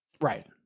right